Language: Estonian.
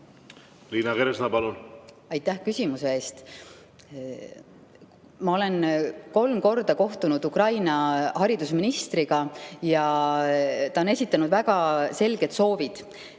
Liina Kersna, palun!